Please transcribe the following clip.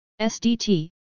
SDT